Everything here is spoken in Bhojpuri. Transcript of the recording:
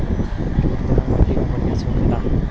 जूट दोमट मट्टी में बढ़िया से होखेला